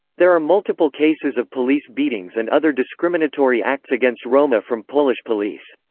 there are multiple cases of police beatings and other discriminatory acts against roma from polish police.